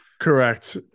Correct